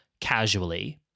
casually